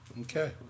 okay